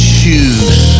choose